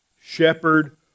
shepherd